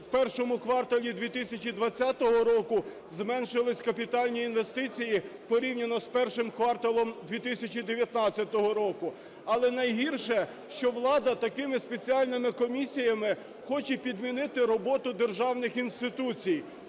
в першому кварталі 2020 року зменшилися капітальні інвестиції порівняно з першим кварталом 2019 року. Але найгірше, що влада такими спеціальними комісіями хоче підмінити роботу державних інституцій,